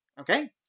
okay